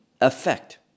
effect